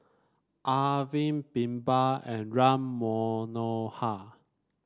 Arvind BirbaL and Ram Manohar